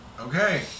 Okay